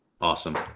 Awesome